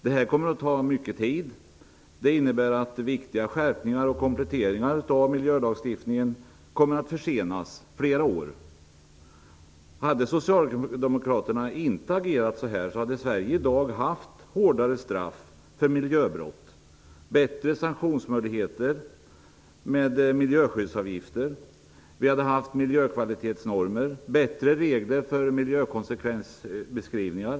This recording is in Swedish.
Detta kommer att ta mycket tid, vilket innebär att viktiga skärpningar och kompletteringar av miljölagstiftningen kommer att försenas flera år. Hade socialdemokraterna inte agerat så här hade Sverige i dag haft hårdare straff för miljöbrott och bättre sanktionsmöjligheter i form av miljöavgifter. Vi hade haft miljökvalitetsnormer och bättre regler för miljökonsekvensbeskrivningar.